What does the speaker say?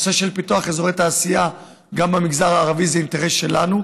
הנושא של פיתוח אזורי תעשייה גם במגזר הערבי זה אינטרס שלנו,